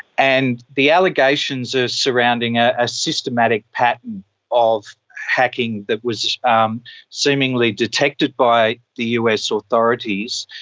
and the allegations are surrounding a ah systematic pattern of hacking that was um seemingly detected by the us authorities,